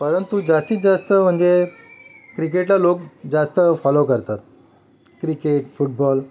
परंतु जास्तीत जास्त म्हणजे क्रिकेटला लोक जास्त फॉलो करतात क्रिकेट फुटबॉल